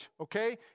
okay